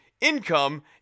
income